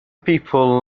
people